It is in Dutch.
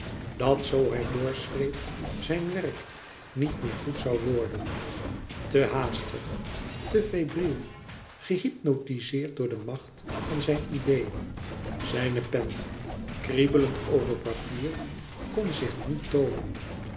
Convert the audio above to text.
dat zoo hij doorschreef zijn werk niet meer goed zoû worden te haastig te febriel gehypnotizeerd door de macht van zijn idee zijne pen kriebelend over papier kon zich niet toomen